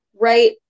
right